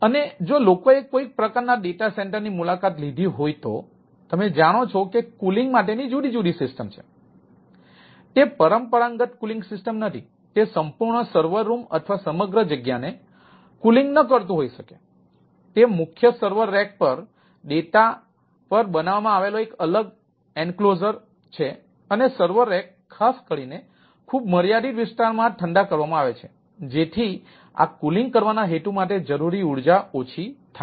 અને જો લોકોએ કોઈ પ્રકારના ડેટા સેન્ટર ની મુલાકાત લીધી હોય તો તમે જાણો છો કે કૂલિંગ છે અને સર્વર રેક ખાસ કરીને ખૂબ મર્યાદિત વિસ્તારમાં ઠંડા કરવામાં આવે છે જેથી આ કૂલિંગ કરવાના હેતુ માટે જરૂરી ઊર્જા ઓછી થાય